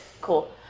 cool